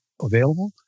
available